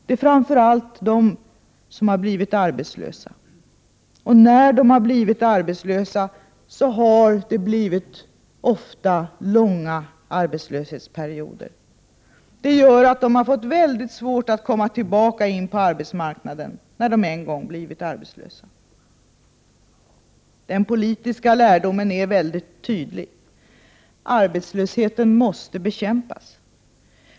Det är framför allt de som har blivit arbetslösa, och när de har blivit arbetslösa har det ofta blivit långa arbetslöshetsperioder. Det gör att de fått väldigt svårt att komma tillbaka in på arbetsmarknaden när de en gång blivit arbetslösa. Den politiska lärdomen är väldigt tydlig. Arbetslösheten måste bekämpas.